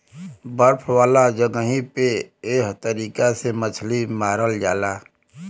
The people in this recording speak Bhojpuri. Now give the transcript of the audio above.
बर्फ वाला जगही पे एह तरीका से मछरी मारल जाला